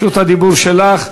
רשות הדיבור שלך.